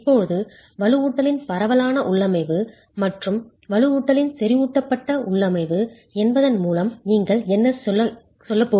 இப்போது வலுவூட்டலின் பரவலான உள்ளமைவு மற்றும் வலுவூட்டலின் செறிவூட்டப்பட்ட உள்ளமைவு என்பதன் மூலம் நீங்கள் என்ன சொல்கிறீர்கள்